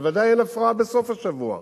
ובוודאי אין הפרעה בסוף-השבוע.